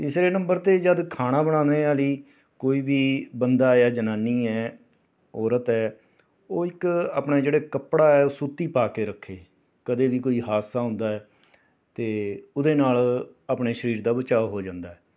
ਤੀਸਰੇ ਨੰਬਰ 'ਤੇ ਜਦ ਖਾਣਾ ਬਣਾਉਣੇ ਵਾਲੀ ਕੋਈ ਵੀ ਬੰਦਾ ਜਾਂ ਜਨਾਨੀ ਹੈ ਔਰਤ ਹੈ ਉਹ ਇੱਕ ਆਪਣਾ ਜਿਹੜੇ ਕੱਪੜਾ ਹੈ ਸੂਤੀ ਪਾ ਕੇ ਰੱਖੇ ਕਦੇ ਵੀ ਕੋਈ ਹਾਦਸਾ ਹੁੰਦਾ ਹੈ ਅਤੇ ਉਹਦੇ ਨਾਲ ਆਪਣੇ ਸਰੀਰ ਦਾ ਬਚਾਅ ਹੋ ਜਾਂਦਾ ਹੈ